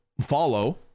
follow